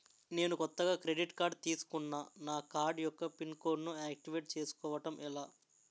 నేను కొత్తగా credit card తిస్కున్నా నా కార్డ్ యెక్క పిన్ కోడ్ ను ఆక్టివేట్ చేసుకోవటం ఎలా?